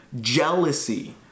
jealousy